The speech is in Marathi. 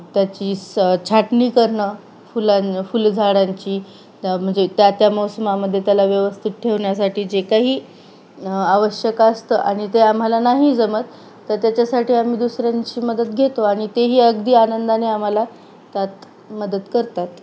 त्याची स छाटणी करणं फुलां फुल झाडांची त्या म्हणजे त्या त्या मोसमामध्ये त्याला व्यवस्थित ठेवण्यासाठी जे काही आवश्यक असतं आणि ते आम्हाला नाही जमत तर त्याच्यासाठी आम्ही दुसऱ्यांची मदत घेतो आणि तेही अगदी आनंदाने आम्हाला त्यात मदत करतात